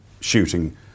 shooting